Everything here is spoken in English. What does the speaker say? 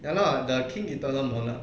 ya lah the king eternal monarch